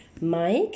Mike